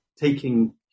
taking